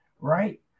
right